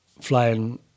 flying